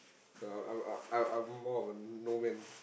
so I I I'm more of a no man